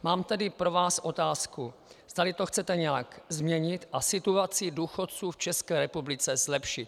Mám tedy pro vás otázku, zdali to chcete nějak změnit a situaci důchodců v České republice zlepšit.